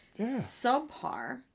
subpar